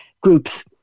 groups